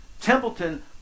Templeton